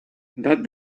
that